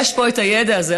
יש פה את הידע הזה.